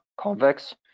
Convex